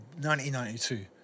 1992